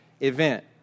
event